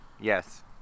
Yes